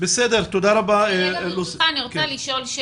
אני רוצה לשאול: